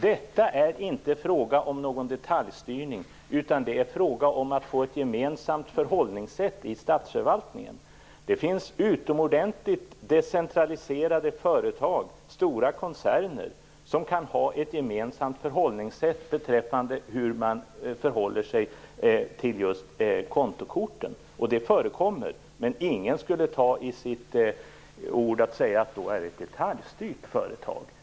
Detta är inte fråga om någon detaljstyrning, utan det är fråga om att få ett gemensamt förhållningssätt i statsförvaltningen. Det finns utomordentligt decentraliserade företag, stora koncerner, som kan ha ett gemensamt förhållningssätt till just kontokorten. Det förekommer. Men ingen skulle ta de orden i sin mun och säga att det är ett detaljstyrt företag.